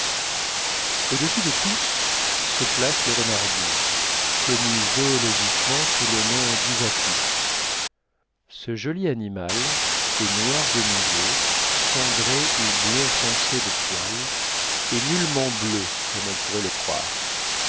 au-dessus de tous se place le renard bleu connu zoologiquement sous le nom d'isatis ce joli animal est noir de museau cendré ou blond foncé de poil et nullement bleu comme on pourrait le croire